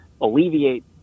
alleviate